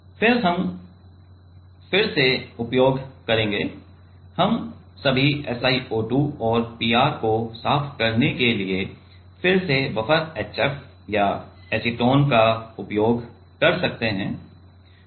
फिर हम फिर से उपयोग करेंगे हम सभी SiO2 और PR को साफ़ करने के लिए फिर से बफर HF और एसीटोन का उपयोग कर सकते हैं